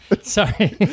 sorry